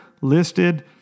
listed